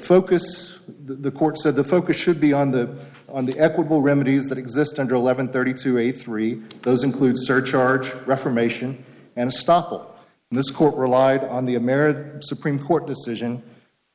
focus of the court so the focus should be on the on the equitable remedies that exist under eleven thirty two eight three those include surcharge reformation and stop all this court relied on the american supreme court decision